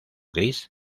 gris